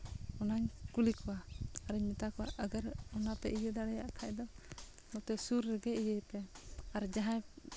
ᱚᱱᱟᱧ ᱠᱩᱞᱤ ᱠᱚᱣᱟ ᱟᱨᱤᱧ ᱢᱮᱛᱟ ᱠᱚᱣᱟ ᱟᱜᱚᱨ ᱚᱱᱟᱯᱮ ᱤᱭᱟᱹ ᱫᱟᱲᱮᱭᱟᱜ ᱠᱷᱟᱱ ᱫᱚ ᱱᱚᱛᱮ ᱥᱩᱨ ᱨᱮᱜᱮ ᱤᱭᱟᱹᱭᱯᱮ ᱟᱨ ᱡᱟᱦᱟᱸᱭ